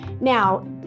now